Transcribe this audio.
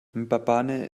mbabane